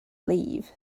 leave